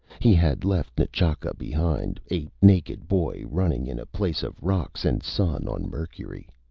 he had left n'chaka behind, a naked boy running in a place of rocks and sun on mercury.